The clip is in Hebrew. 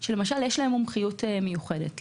שיש להם מומחיות מיוחדת.